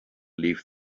leave